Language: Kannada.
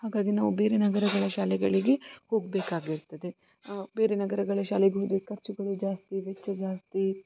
ಹಾಗಾಗಿ ನಾವು ಬೇರೆ ನಗರಗಳ ಶಾಲೆಗಳಿಗೆ ಹೋಗಬೇಕಾಗಿರ್ತದೆ ಬೇರೆ ನಗರಗಳ ಶಾಲೆಗೆ ಹೋದರೆ ಖರ್ಚುಗಳು ಜಾಸ್ತಿ ವೆಚ್ಚ ಜಾಸ್ತಿ